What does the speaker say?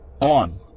On